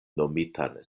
nomitan